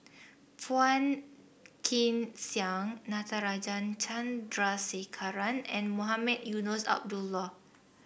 Phua Kin Siang Natarajan Chandrasekaran and Mohamed Eunos Abdullah